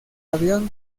avión